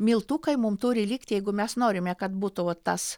miltukai mum turi likti jeigu mes norime kad būtų va tas